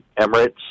Emirates